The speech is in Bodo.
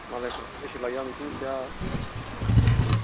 मालायफ्राबा बेसे लायो इखो आं मिथिया